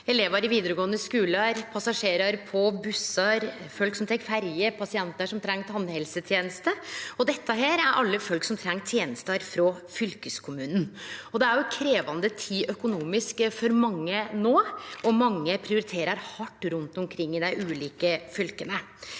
elevar i vidaregåande skule, passasjerar på bussen, folk som tek ferje, pasientar som treng tannhelseteneste. Dette er alle folk som treng tenester frå fylkeskommunen. Det er ei krevjande tid økonomisk for mange no, og mange prioriterer hardt rundt omkring i dei ulike fylka.